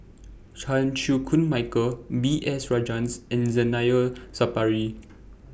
Chan Chew Koon Michael B S Rajhans and Zainal Sapari